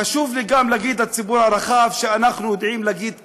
חשוב לי גם להגיד לציבור הרחב שאנחנו גם יודעים להגיד כן.